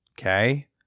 okay